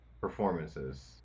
performances